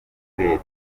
leta